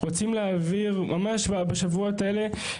רוצים להעביר ממש בשבועות האלה,